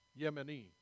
Yemeni